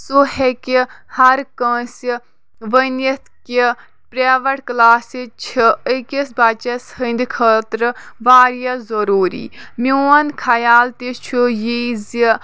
سُہ ہیٚکہِ ہَرکٲنٛسہِ ؤنِتھ کہِ پرٛیویٹ کَلاس چھِ أکِس بَچہِ ہٕنٛدِ خٲطرٕ واریاہ ضروٗری میون خیال تہِ چُھ یی زِ